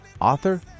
author